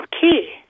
key